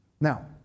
Now